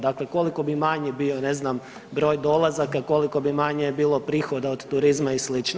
Dakle koliko bi manji bio, ne znam, broj dolazaka, koliko bi manje bilo prihoda od turizma i slično?